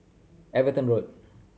Everton Road